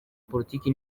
politiki